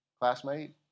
classmate